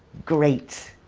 great!